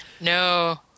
No